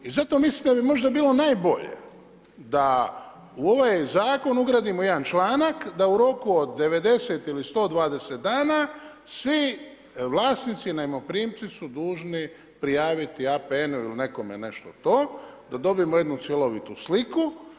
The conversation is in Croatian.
I zato mislim da bi možda bilo najbolje da u ovaj Zakon ugradimo jedan članak, da u roku od 90 ili 120 dana svi vlasnici i najmoprimci su dužni prijaviti APN-u ili nekome nešto to, da dobijemo jednu cjelovitu sliku.